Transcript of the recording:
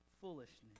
foolishness